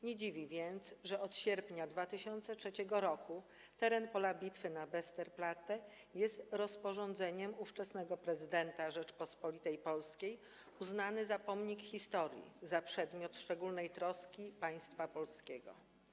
Nie dziwi więc, że od sierpnia 2003 r. teren pola bitwy na Westerplatte jest rozporządzeniem ówczesnego prezydenta Rzeczypospolitej Polskiej uznany za pomnik historii, za przedmiot szczególnej troski państwa polskiego.